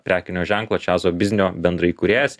prekinio ženklo čiazo biznio bendraįkūrėjas